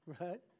right